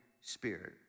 Spirit